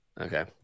Okay